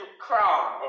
crown